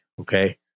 okay